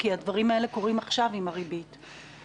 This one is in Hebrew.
כי הדברים האלה עם הריבית קורים עכשיו.